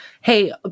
Hey